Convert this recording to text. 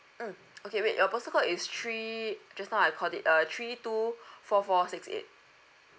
mm okay wait your postal code is three just now I called it uh three two four four six eight